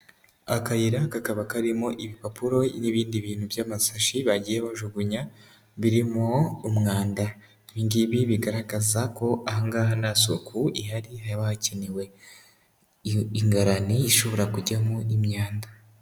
Akayira kakaba karimo ibipapuro n'ibindi bintu by'amasashi bagiye bajugunya biririmo umwanda, ibi ngibi bigaragaza ko aha ngaha nta suku ihari haba hakenewe ingarani ishobora kujyamo imyanda.